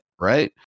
Right